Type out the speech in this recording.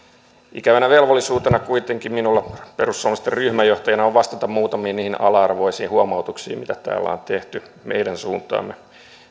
ikävänä velvollisuutena kuitenkin minulla perussuomalaisten ryhmänjohtajana on vastata muutamiin niihin ala arvoisiin huomautuksiin mitä täällä on tehty meidän suuntaamme